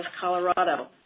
Colorado